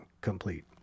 complete